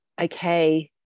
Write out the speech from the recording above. Okay